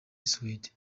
suède